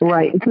Right